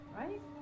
right